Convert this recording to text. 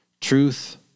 Truth